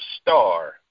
star